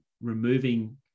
removing